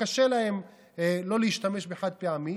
שקשה להן לא להשתמש בחד-פעמי,